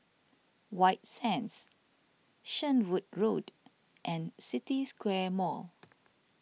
White Sands Shenvood Road and City Square Mall